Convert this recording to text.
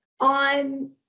on